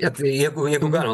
ne tai jeigu jeigu galima